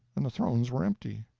and the thrones were empty.